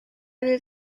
will